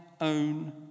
own